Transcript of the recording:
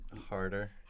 Harder